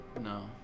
No